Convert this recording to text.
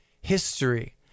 history